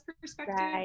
perspective